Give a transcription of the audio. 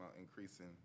increasing